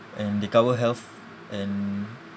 and they cover health and